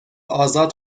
آزاد